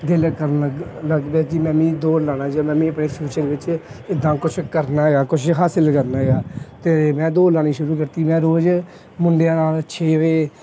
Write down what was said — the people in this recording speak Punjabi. ਦਿਲ ਕਰਨ ਲੱਗ ਲੱਗ ਪਿਆ ਜੀ ਮੈਂ ਵੀ ਦੌੜ ਲਾਵਾਂ ਜਾਂ ਮੈਂ ਵੀ ਆਪਣੇ ਫਿਊਚਰ ਵਿੱਚ ਇੱਦਾਂ ਕੁਝ ਕਰਨਾ ਹੈਗਾ ਕੁਝ ਹਾਸਿਲ ਕਰਨਾ ਹੈਗਾ ਅਤੇ ਮੈਂ ਦੌੜ ਲਾਉਣੀ ਸ਼ੁਰੂ ਕਰਤੀ ਮੈਂ ਰੋਜ਼ ਮੁੰਡਿਆਂ ਨਾਲ਼ ਛੇ ਵਜੇ